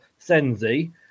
Senzi